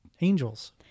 angels